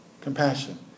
compassion